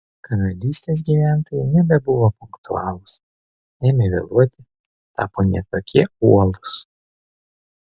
karalystės gyventojai nebebuvo punktualūs ėmė vėluoti tapo ne tokie uolūs